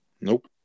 Nope